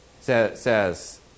says